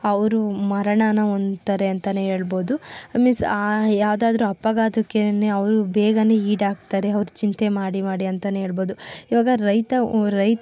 ಅವರು ಮರಣನ ಹೊಂದ್ತಾರೆ ಅಂತಲೇ ಹೇಳ್ಬೋದು ಮೀಸ್ ಆ ಯಾವುದಾದರೂ ಅಪಘಾತಕ್ಕೆನೇ ಅವರು ಬೇಗನೆ ಈಡಾಗ್ತಾರೆ ಅವ್ರು ಚಿಂತೆ ಮಾಡಿ ಮಾಡಿ ಅಂತಲೇ ಹೇಳ್ಬೋದು ಇವಾಗ ರೈತ ಒ ರೈತ